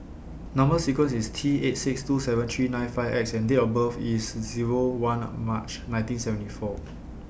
Number sequence IS T eight six two seven three nine five X and Date of birth IS Zero one of March nineteen seventy four